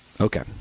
Okay